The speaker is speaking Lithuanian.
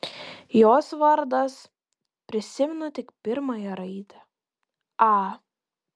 jos vardas prisimenu tik pirmąją raidę a